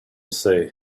say